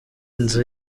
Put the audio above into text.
nzu